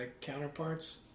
counterparts